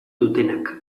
dutenak